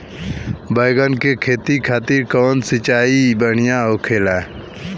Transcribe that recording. बैगन के खेती खातिर कवन सिचाई सर्वोतम होखेला?